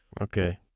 Okay